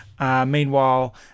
Meanwhile